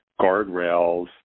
guardrails